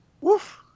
Woof